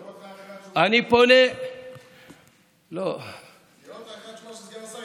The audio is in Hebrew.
וזאת אחרי התשובה של סגן השר,